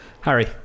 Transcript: harry